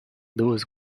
those